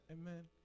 amen